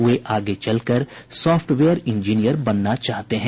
वे आगे चलकर software engineer बनना चाहते हैं